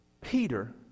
peter